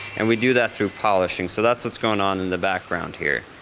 and we do that through polishing. so that's what's going on in the background here.